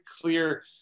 clear